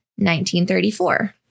1934